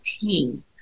pain